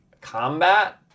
combat